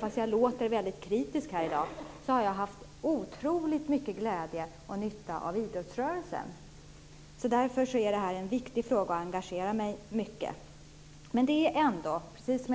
Fast jag låter kritisk här i dag, har jag haft otroligt mycket glädje och nytta av idrottsrörelsen. Jag engagerar mig därför mycket i denna viktiga fråga.